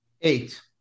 Eight